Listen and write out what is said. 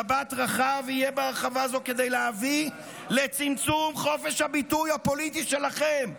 במבט רחב יהיה בהרחבה זו כדי להביא לצמצום חופש הביטוי הפוליטי שלכם,